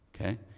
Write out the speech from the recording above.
okay